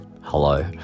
hello